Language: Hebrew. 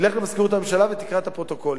תלך למזכירות הממשלה ותקרא את הפרוטוקולים.